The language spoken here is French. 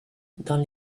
dans